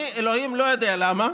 אני, אלוהים, לא יודע למה,